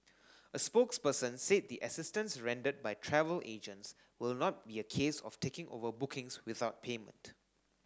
a spokesperson said the assistance rendered by travel agents will not be a case of taking over bookings without payment